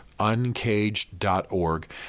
uncaged.org